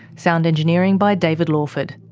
sound engineering by david lawford.